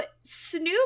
Snoop